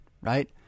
right